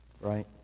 Right